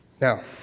Now